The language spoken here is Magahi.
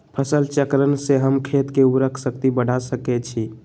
फसल चक्रण से हम खेत के उर्वरक शक्ति बढ़ा सकैछि?